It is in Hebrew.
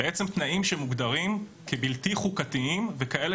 בעצם תנאים שמוגדרים כבלתי חוקתיים וכאלה